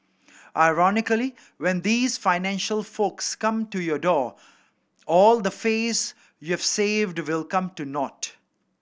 ironically when these financial folks come to your door all the face you have saved will come to naught